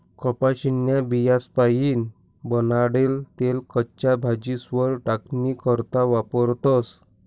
कपाशीन्या बियास्पाईन बनाडेल तेल कच्च्या भाजीस्वर टाकानी करता वापरतस